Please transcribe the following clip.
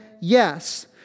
yes